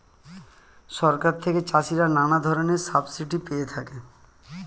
সরকার থেকে চাষিরা নানা ধরনের সাবসিডি পেয়ে থাকে